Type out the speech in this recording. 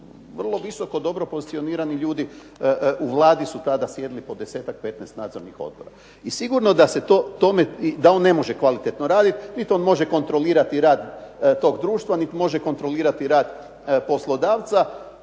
vrlo visoko dobro pozicionirani ljudi, u Vladi su tada sjedili po 10-tak, nadzornih odbora. I sigurno da on ne može kvalitetno raditi, niti on može kontrolirati rad toga društva, niti može kontrolirati rad poslodavca,